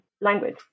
language